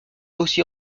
aussi